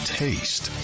taste